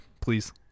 please